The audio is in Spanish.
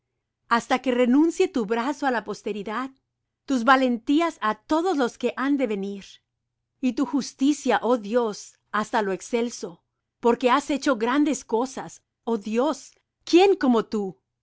hasta que denuncie tu brazo á la posteridad tus valentías á todos los que han de venir y tu justicia oh dios hasta lo excelso porque has hecho grandes cosas oh dios quién como tú